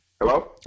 Hello